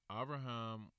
Abraham